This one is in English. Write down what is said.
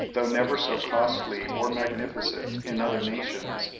though never so costly or magnificent, in other nations,